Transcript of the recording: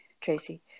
Tracy